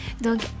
Donc